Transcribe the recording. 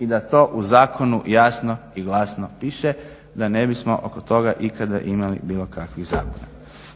i da to u zakonu jasno i glasno piše da ne bismo oko toga ikada imali bilo kakvih zabuna.